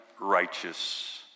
righteous